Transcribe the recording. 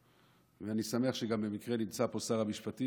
ואני שמח שגם במקרה נמצא פה שר המשפטים,